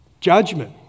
judgment